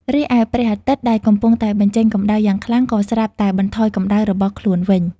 រីឯព្រះអាទិត្យ ដែលកំពុងតែបញ្ចេញកម្ដៅយ៉ាងខ្លាំង ក៏ ស្រាប់តែបន្ថយកម្ដៅរបស់ខ្លួនវិញ។